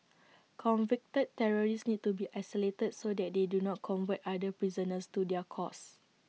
convicted terrorists need to be isolated so that they do not convert other prisoners to their cause